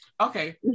okay